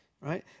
Right